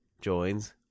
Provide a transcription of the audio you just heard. joins